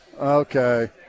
Okay